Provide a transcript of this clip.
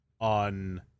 on